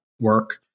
work